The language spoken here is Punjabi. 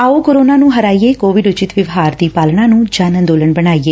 ਆਓ ਕੋਰੋਨਾ ਨੂੰ ਹਰਾਈਏਂ ਕੋਵਿਡ ਉਚਿੱਤ ਵਿਵਹਾਰ ਦੀ ਪਾਲਣਾ ਨੂੰ ਜਨ ਅੰਦੋਲਨ ਬਣਾਈਏ